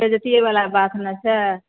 बेज्जतीवला बात ने छै